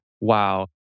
Wow